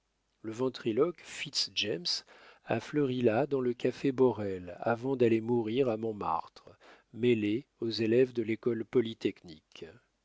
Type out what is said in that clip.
le ventriloque fitz-james a fleuri là dans le café borel avant d'aller mourir à montmartre mêlé aux élèves de l'école polytechnique